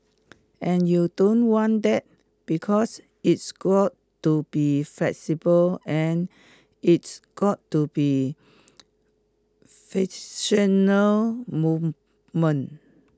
and you don't want that because it's got to be flexible and it's got to be fictional movement